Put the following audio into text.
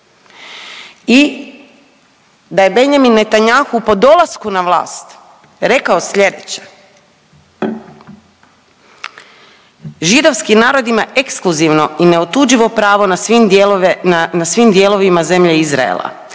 i da je Benjamin Netanyahu po dolasku na vlast rekao sljedeće židovski narod ima ekskluzivno i neotuđivo pravo na svim dijelovima zemlje Izraela,